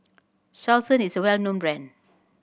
Selsun is well known brand